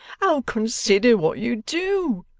oh consider what you do.